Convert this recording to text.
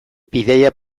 bidaia